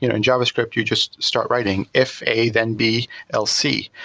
you know in javascript you just start writing, if a then b else c.